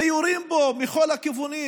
ויורים בו מכל הכיוונים